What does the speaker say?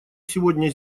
сегодня